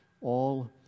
All